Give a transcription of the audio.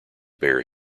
bear